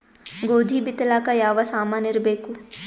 ಗೋಧಿ ಬಿತ್ತಲಾಕ ಯಾವ ಸಾಮಾನಿರಬೇಕು?